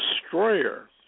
destroyer